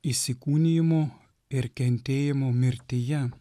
įsikūnijimu ir kentėjimu mirtyje